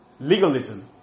legalism